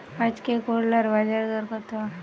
আজকে করলার বাজারদর কত?